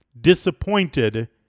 disappointed